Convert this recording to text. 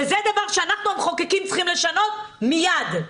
וזה דבר שאנחנו המחוקקים צריכים לשנות מיד.